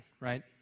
right